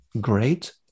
great